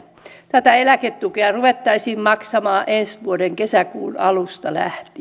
tätä eläketukea ruvettaisiin maksamaan ensi vuoden kesäkuun alusta lähtien